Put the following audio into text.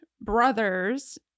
brothers